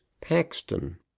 paxton